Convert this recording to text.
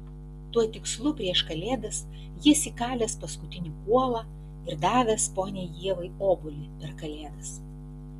tuo tikslu prieš kalėdas jis įkalęs paskutinį kuolą ir davęs poniai ievai obuolį per kalėdas